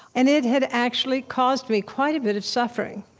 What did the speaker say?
and it had actually caused me quite a bit of suffering,